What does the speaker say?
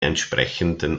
entsprechenden